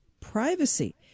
privacy